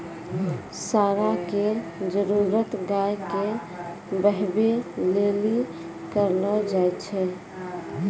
साँड़ा के जरुरत गाय के बहबै लेली करलो जाय छै